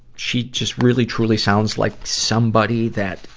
she just really, truly sounds like somebody that,